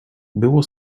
było